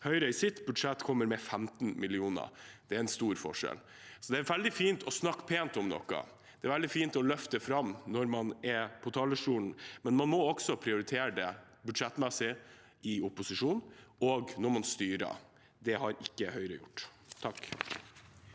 kommer i sitt budsjett med 15 mill. kr. Det er en stor forskjell. Det er veldig fint å snakke pent om noe, og det er veldig fint å løfte det fram når man er på talerstolen, men man må også prioritere det budsjettmessig i opposisjon og når man styrer. Det har ikke Høyre gjort.